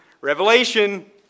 Revelation